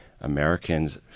Americans